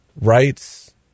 rights